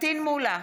פטין מולא,